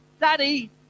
Daddy